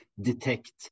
detect